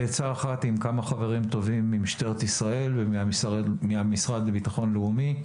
בעצה אחת עם כמה חברים טובים ממשטרת ישראל ומהמשרד לביטחון לאומי,